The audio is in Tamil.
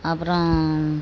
அப்புறம்